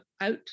Out